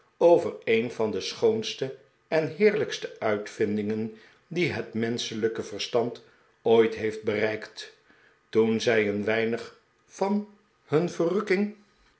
over een van de schoonste en heerlijkste uitvindingen die het menschelijke verstand ooit heeft bereikt toen zij een weinig van hun verrukking